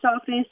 office